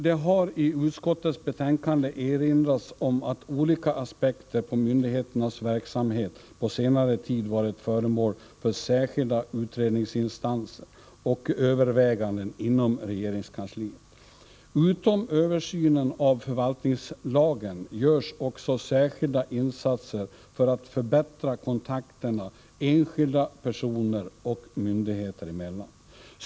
Det har i utskottets betänkande erinrats om att olika aspekter på myndigheternas verksamhet på senare tid varit föremål för särskilda utredningsinsatser och överväganden inom regeringskansliet. Utom översynen av förvaltningslagen görs också särskilda insatser för att förbättra kontakterna enskilda personer och myndigheter emellan.